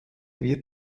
wird